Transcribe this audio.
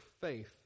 faith